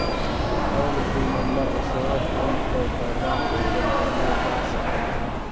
टोल free number पर सेहो phone कए करजाक डिटेल जानल जा सकै छै